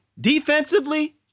Defensively